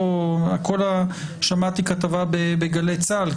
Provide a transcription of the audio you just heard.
שמעתי כתבה בגלי צה"ל,